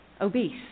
obese